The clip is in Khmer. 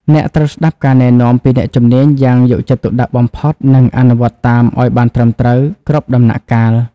អ្នកត្រូវស្ដាប់ការណែនាំពីអ្នកជំនាញយ៉ាងយកចិត្តទុកដាក់បំផុត និងអនុវត្តតាមឱ្យបានត្រឹមត្រូវគ្រប់ដំណាក់កាល។